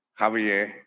Javier